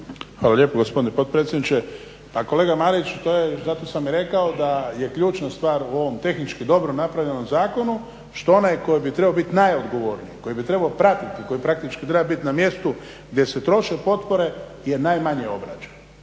Hvala lijepo gospodine potpredsjedniče. Kolega Marić, zato sam i rekao da je ključna stvar u ovom tehnički dobro napravljenom zakonu što onaj koji bi trebao bit najodgovorniji, koji bi trebao pratiti, koji praktički treba bit na mjestu gdje se troše potpore je najmanje obrađen